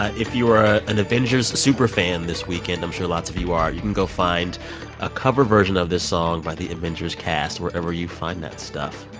ah if you are ah an avengers superfan this weekend i'm sure lots of you are you can go find a cover version of this song by the avengers cast wherever you find that stuff.